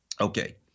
Okay